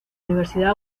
universidad